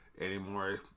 anymore